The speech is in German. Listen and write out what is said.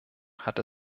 hat